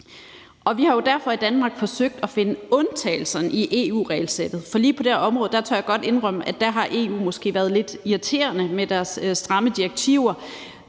i Danmark forsøgt at finde undtagelserne fra EU-regelsættet. For lige på det her område tør jeg godt indrømme, at der har EU måske været lidt irriterende med deres stramme direktiver,